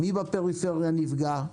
מי בפריפריה נפגע,